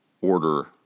order